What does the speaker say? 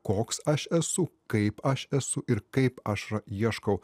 koks aš esu kaip aš esu ir kaip aš ieškau